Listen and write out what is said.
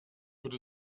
würde